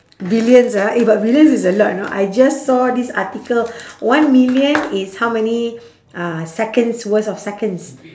billions ah eh but billions is a lot you know I just saw this article one million is how many uh seconds worth of seconds